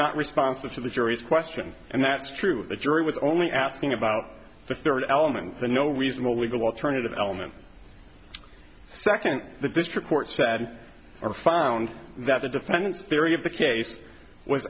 not responsive to the jury's question and that's true the jury was only asking about the third element the no reasonable legal alternative element second the district court said or found that the defendant theory of the case w